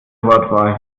wortwahl